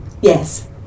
yes